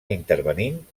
intervenint